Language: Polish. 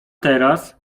teraz